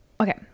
okay